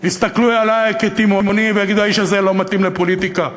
יסתכלו עלי כתימהוני ויגידו: האיש הזה לא מתאים לפוליטיקה.